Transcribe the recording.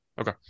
Okay